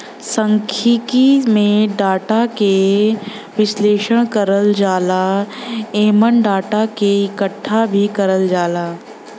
सांख्यिकी में डाटा क विश्लेषण करल जाला एमन डाटा क इकठ्ठा भी करल जाला